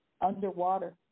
underwater